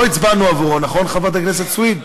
לא הצבענו עבורו, נכון, חברת הכנסת סויד?